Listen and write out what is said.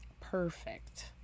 Perfect